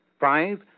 Five